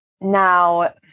Now